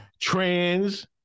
Trans